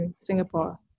Singapore